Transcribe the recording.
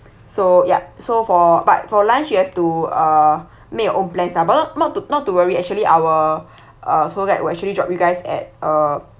so ya so for but for lunch you have to uh make your own plans lah but not not to not to worry actually our uh tour guide will actually drop you guys at uh